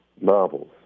novels